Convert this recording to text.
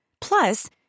Plus